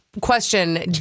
question